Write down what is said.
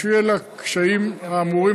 בשל הקשיים האמורים,